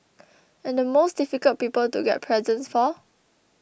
and the most difficult people to get presents for